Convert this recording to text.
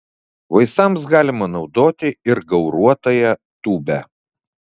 vaistams galima naudoti ir gauruotąją tūbę